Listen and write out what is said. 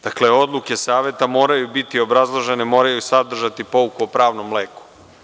Dakle, odluke saveta moraju biti obrazložene, moraju sadržati pouku o pravnom leku.